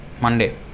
Monday